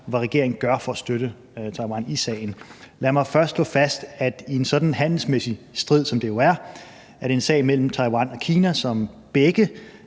hvad regeringen gør for at støtte Taiwan i sagen. Lad mig først slå fast, at en sådan handelsmæssig strid, som det jo er, er en sag mellem Taiwan og Kina, som begge